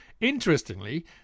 interestingly